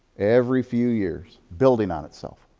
every few years, building on itself.